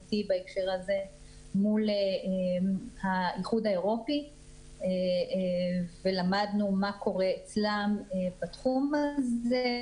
משמעות בהקשר הזה מול האיחוד האירופי ולמדנו מה קורה אצלם בתחום הזה,